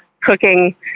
cooking